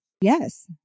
Yes